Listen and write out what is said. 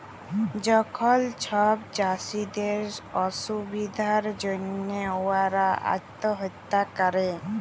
যখল ছব চাষীদের অসুবিধার জ্যনহে উয়ারা আত্যহত্যা ক্যরে